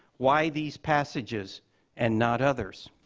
why these passages and not others?